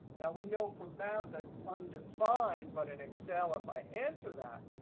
now, we know from math that's undefined. but in excel, if i enter that,